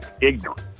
ignorant